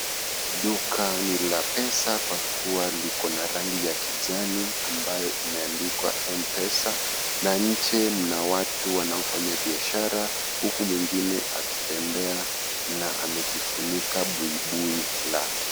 Duka ni la pesa kwa kuwa liko na rangi ya kijani ambayo imeandikwa M pesa na nje mna mtu anayefaya biashara huku mwigine akitambea na amejifunika buibui lake.